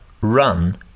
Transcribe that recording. run